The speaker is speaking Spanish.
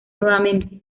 nuevamente